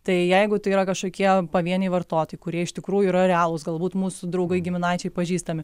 tai jeigu tai yra kažkokie pavieniai vartotojai kurie iš tikrųjų yra realūs galbūt mūsų draugai giminaičiai pažįstami